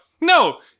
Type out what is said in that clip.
no